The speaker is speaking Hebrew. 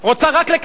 רוצה רק לקבל.